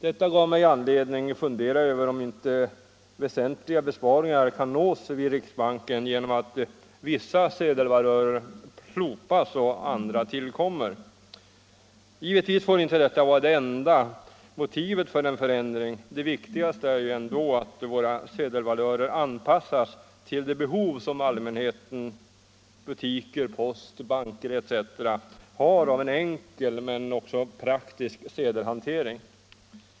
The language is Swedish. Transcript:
Detta gav mig anledning fundera över om inte väsentliga besparingar kunde nås i riksbanken genom att vissa sedelvalörer slopas och andra tillkommer. Givetvis får inte den ekonomiska synpunkten vara det enda motivet för en sådan förändring: det viktigaste är att våra sedelvalörer anpassas till det behov som allmänhet, butiker, post, banker etc. har av en enkel men också praktisk sedelhantering.